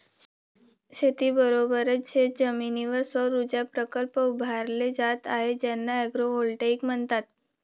शेतीबरोबरच शेतजमिनीवर सौरऊर्जा प्रकल्प उभारले जात आहेत ज्यांना ॲग्रोव्होल्टेईक म्हणतात